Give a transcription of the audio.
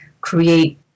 create